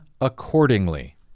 accordingly